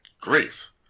grief